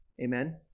Amen